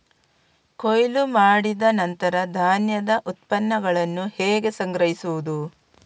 ಕೊಯ್ಲು ಮಾಡಿದ ನಂತರ ಧಾನ್ಯದ ಉತ್ಪನ್ನಗಳನ್ನು ಹೇಗೆ ಸಂಗ್ರಹಿಸುವುದು?